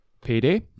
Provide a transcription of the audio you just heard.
payday